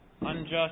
Unjust